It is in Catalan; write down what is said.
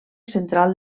central